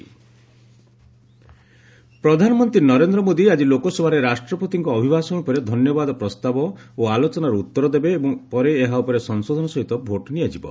LS motion of thanks ପ୍ରଧାନମନ୍ତ୍ରୀ ନରେନ୍ଦ୍ର ମୋଦି ଆଜି ଲୋକସଭାରେ ରାଷ୍ଟ୍ରପତିଙ୍କ ଅଭିଭାଷଣ ଉପରେ ଧନ୍ୟବାଦ ପ୍ରସ୍ତାବ ଓ ଆଲୋଚନାର ଉତ୍ତର ଦେବେ ଏବଂ ପରେ ଏହା ଉପରେ ସଂଶୋଧନ ସହିତ ଭୋଟ୍ ନିଆଯିବ